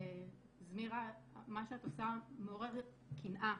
זמירה, מה שאת עושה מעורר קנאה.